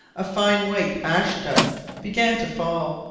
a fine white ash-dust began to fall,